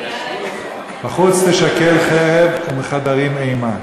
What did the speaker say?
"מחוץ תשכל חרב ומחדרים אימה".